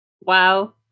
Wow